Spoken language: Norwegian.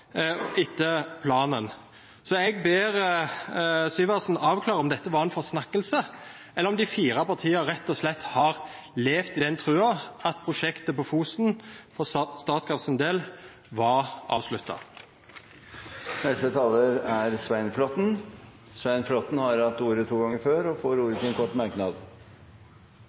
etter planen. Jeg ber Syversen avklare om dette var en forsnakkelse, eller om de fire partiene rett og slett har levd i den tro at prosjektet på Fosen for Statkrafts del var avsluttet. Representanten Svein Flåtten har hatt ordet to ganger tidligere og får